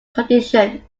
condition